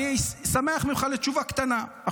אני אשמח לתשובה קטנה ממך,